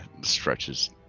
stretches